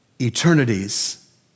eternities